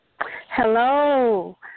Hello